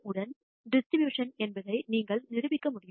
உடன் டிஸ்ட்ரிபியூஷன் என்பதை நீங்கள் நிரூபிக்க முடியும்